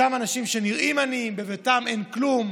אותם אנשים שנראים עניים, בביתם אין כלום,